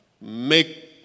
Make